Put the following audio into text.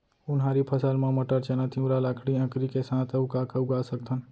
उनहारी फसल मा मटर, चना, तिंवरा, लाखड़ी, अंकरी के साथ अऊ का का उगा सकथन?